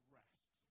rest